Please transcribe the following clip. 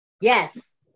yes